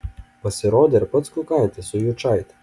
pasirodė ir pats kukaitis su jučaite